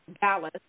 Dallas